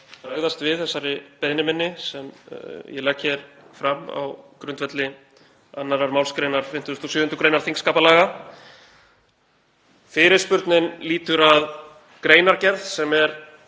að bregðast við þessari beiðni minni sem ég legg hér fram á grundvelli 2. mgr. 57. gr. þingskapalaga. Fyrirspurnin lýtur að greinargerð sem er